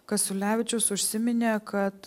kasiulevičius užsiminė kad